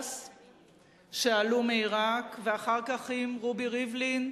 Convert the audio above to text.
שעלו מעירק, ואחר כך רובי ריבלין,